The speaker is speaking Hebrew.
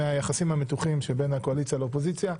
מהיחסים המתוחים שבין הקואליציה לאופוזיציה.